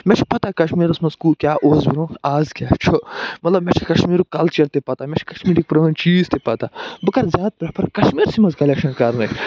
مےٚ چھِ پتاہ کشمیٖرس منٛز کوٗ کیٛاہ اوس برٛونٛہہ اَز کیٛاہ چھُ مطلب مےٚ چھُ کشمیٖرُک کلچر تہِ پتاہ مےٚ چھِ کشمیٖرِکۍ پرٛٲنۍ چیٖز تہِ پتاہ بہٕ کَرٕ زیادٕ پرٮ۪فر کشمیٖرسٕے منٛز کۅلٮ۪کشن کَرٕنۍ